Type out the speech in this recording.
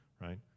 right